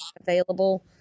available